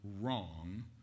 wrong